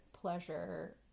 pleasure